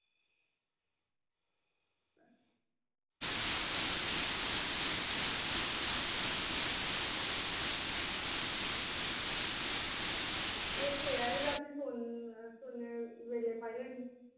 एह् ते ऐ रकातीं सोने बेल्लै पाई लैनी